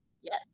Yes